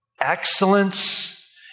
Excellence